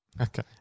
Okay